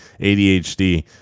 ADHD